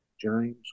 James